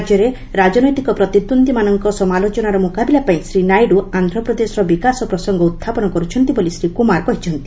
ରାଜ୍ୟରେ ରାଜନୈତିକ ପ୍ରତିଦ୍ୱନ୍ଦ୍ୱୀମାନଙ୍କ ସମାଲୋଚନାର ମୁକାବିଲାପାଇଁ ଶ୍ରୀ ନାଇଡ଼ୁ ଆନ୍ଧ୍ରପ୍ରଦେଶର ବିକାଶ ପ୍ରସଙ୍ଗ ଉତ୍ଥାପନ କର୍ରଛନ୍ତି ବୋଲି ଶ୍ରୀ କୃମାର କହିଛନ୍ତି